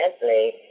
gently